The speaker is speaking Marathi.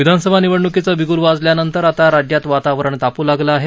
विधानसभा निवडण्कीचं बिगूल वाजल्यानंतर आता राज्यात वातावरण तापू लागलं आहे